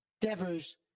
Devers